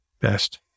Best